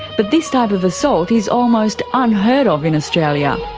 but this type of assault is almost unheard of in australia.